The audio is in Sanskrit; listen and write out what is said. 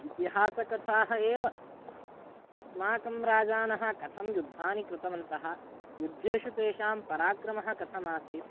इतिहासकथाः एव अस्माकं राजानः कथं युद्धानि कृतवन्तः युद्धेषु तेषां पराक्रमः कथमासीत्